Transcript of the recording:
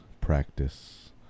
practice